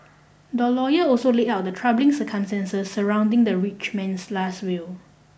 the lawyer also laid out the troubling circumstances surrounding the rich man's last will